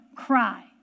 cry